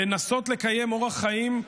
לנסות לקיים אורח חיים,